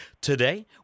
Today